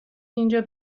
اینجا